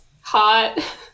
hot